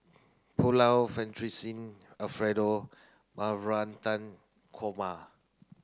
Pulao Fettuccine Alfredo Navratan Korma